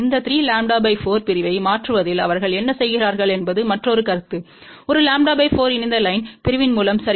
இந்த 3 λ 4 பிரிவை மாற்றுவதில் அவர்கள் என்ன செய்கிறார்கள் என்பது மற்றொரு கருத்து ஒரு λ 4 இணைந்த லைன் பிரிவின் மூலம் சரி